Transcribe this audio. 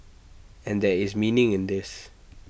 and there is meaning in this